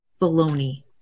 baloney